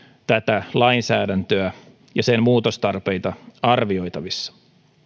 tätä lainsäädäntöä ja sen muutostarpeita arvioitaessa